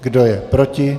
Kdo je proti?